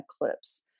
eclipse